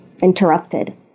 interrupted